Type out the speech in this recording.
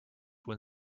when